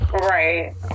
Right